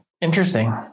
Interesting